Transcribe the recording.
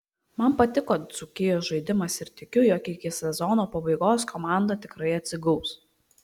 man patiko dzūkijos žaidimas ir tikiu jog iki sezono pabaigos komanda tikrai atsigaus